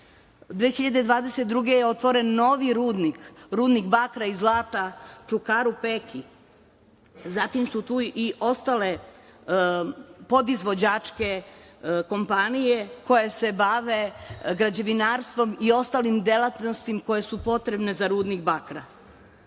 2022. je otvoren novi rudnik bakra i zlata „Čukaru peki“, zatim su tu i ostale podizvođačke kompanije koje se bave građevinarstvom i ostalim delatnostima koje su potrebne za rudnik bakra.